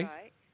Right